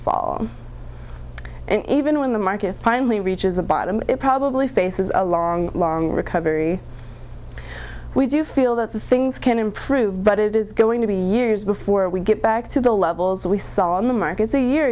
fall and even when the market finally reaches a bottom it probably faces a long long recovery we do feel that things can improve but it is going to be years before we get back to the levels that we saw on the markets a year